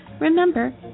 Remember